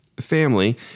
family